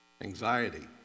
anxiety